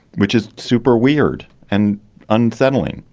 which is super weird and unsettling.